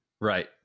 Right